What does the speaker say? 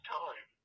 time